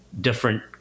different